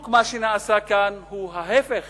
מה שנעשה כאן הוא בדיוק ההיפך